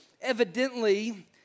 Evidently